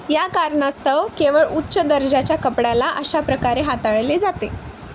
या कारणास्तव केवळ उच्च दर्जाच्या कपड्याला अशा प्रकारे हाताळले जाते